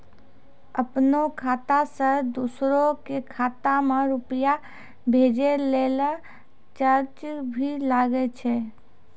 आपनों खाता सें दोसरो के खाता मे रुपैया भेजै लेल चार्ज भी लागै छै?